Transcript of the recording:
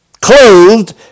clothed